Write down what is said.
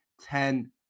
Ten